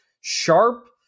sharp